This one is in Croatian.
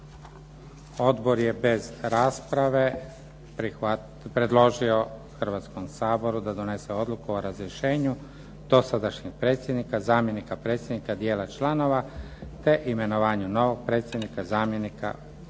Odbor je bez rasprave predložio Hrvatskom saboru da donese odluku o razrješenju dosadašnjeg predsjednika, zamjenika predsjednika, dijela članova te imenovanju novog predsjednika, zamjenika predsjednika